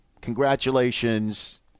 congratulations